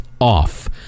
off